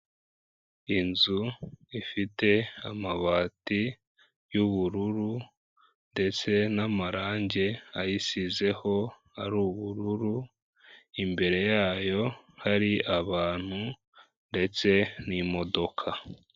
Inzu ifite amabati y'ubururu ndetse n'amarangi ayisizeho ari ubururu, imbere yayo hari abantu ndetse n'imodoka.